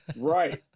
Right